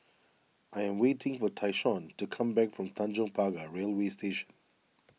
I am waiting for Tyshawn to come back from Tanjong Pagar Railway Station